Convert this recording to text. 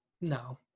no